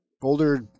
Boulder